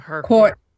Court